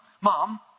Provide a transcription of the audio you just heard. Mom